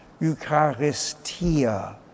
Eucharistia